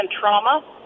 trauma